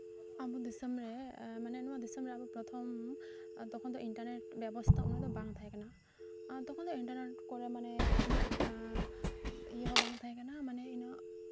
ᱟᱵᱚ ᱫᱤᱥᱚᱢ ᱨᱮ ᱢᱟᱱᱮ ᱱᱚᱣᱟ ᱫᱤᱥᱚᱢ ᱨᱮ ᱟᱵᱚ ᱯᱨᱚᱛᱷᱚᱢ ᱛᱚᱠᱷᱚᱱ ᱫᱚ ᱤᱱᱴᱟᱨᱱᱮᱹᱴ ᱵᱮᱵᱚᱥᱛᱷᱟ ᱩᱱᱟᱹᱜ ᱫᱚ ᱵᱟᱝ ᱛᱟᱦᱮᱸ ᱠᱟᱱᱟ ᱛᱚᱠᱷᱚᱱ ᱫᱚ ᱤᱱᱴᱟᱨᱱᱮᱹᱴ ᱠᱚᱨᱮ ᱢᱟᱱᱮ ᱩᱱᱟᱹᱜ ᱤᱭᱟᱹ ᱦᱚᱸ ᱵᱟᱝ ᱛᱟᱦᱮᱸ ᱠᱟᱱᱟ ᱢᱟᱱᱮ ᱩᱱᱟᱹᱜ